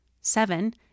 Seven